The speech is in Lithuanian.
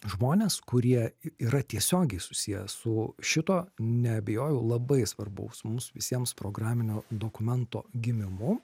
žmonės kurie yra tiesiogiai susiję su šito neabejoju labai svarbaus mums visiems programinio dokumento gimimu